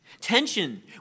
Tension